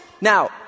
Now